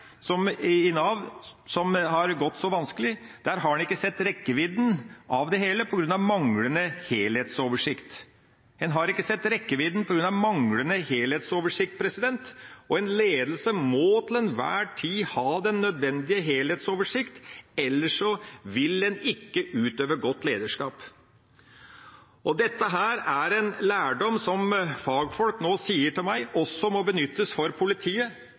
reformen i Nav som er blitt så vanskelig, har en ikke sett hele rekkevidden av på grunn av en manglende helhetsoversikt – en har ikke sett rekkevidden på grunn av en manglende helhetsoversikt. En ledelse må til enhver tid ha den nødvendige helhetsoversikt, ellers vil en ikke utøve godt lederskap. Dette er en lærdom som fagfolk nå sier til meg må dras nytte av også for politiet,